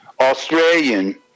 Australian